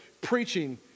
preaching